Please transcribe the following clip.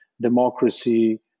democracy